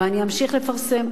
ואני אמשיך לפרסם,